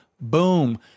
Boom